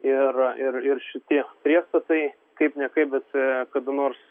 ir ir ir šitie priestatai kaip ne kaip bet kada nors